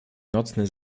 nocny